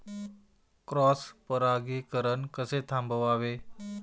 Cross परागीकरण कसे थांबवावे?